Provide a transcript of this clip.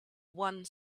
one